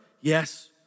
Yes